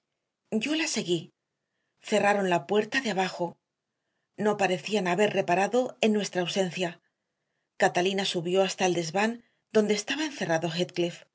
yo la seguí cerraron la puerta de abajo no parecían haber reparado en nuestra ausencia catalina subió hasta el desván donde estaba encerrado